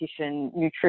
nutrition